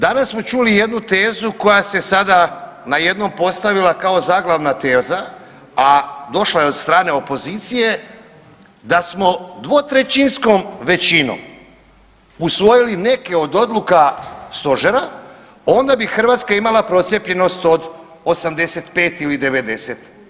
Danas smo čuli jednu tezu koja se sada na jednom postavila kao zaglavna teza, a došla je od strane opozicije da smo 2/3 većinom usvojili neke od odluka stožera onda bi Hrvatska imala procijepljenost od 85 ili 90%